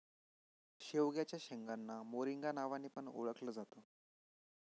शेवग्याच्या शेंगांना मोरिंगा नावाने पण ओळखल जात